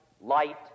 light